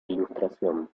ilustración